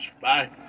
Bye